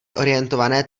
orientované